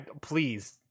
Please